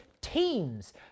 teams